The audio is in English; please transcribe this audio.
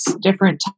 different